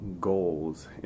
goals